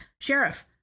Sheriff